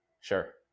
Sure